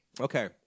Okay